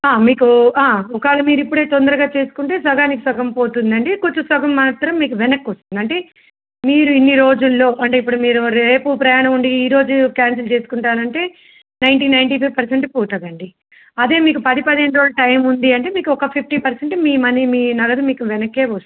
మీకు ఒకవేళ మీరు ఇప్పుడే తొందరగా చేసుకుంటే సగానికి సుగం పోతుందండి కొంచెం సుగం మాత్రం మీకు వెనక్కి వస్తుందండి మీరు ఇన్ని రోజుల్లో అంటే ఇప్పుడు మీరు రేపు ప్రయాణ ఉండి ఈరోజు క్యాన్సిల్ చేసుకుంటానంటే నైన్టీ నైన్టీ ఫైవ్ పర్సెంట్ పోతదండి అదే మీకు పది పదిహేను రోజు టైం ఉంది అంటే మీకు ఒక ఫిఫ్టీ పర్సెంట్ మీ మనీ మీ నగదు మీకు వెనక్కే వస్తుంది